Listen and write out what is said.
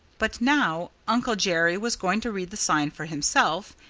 but now uncle jerry was going to read the sign for himself.